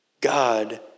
God